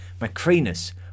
Macrinus